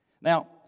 Now